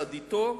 אתו,